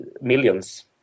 millions